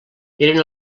eren